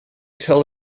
tell